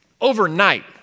Overnight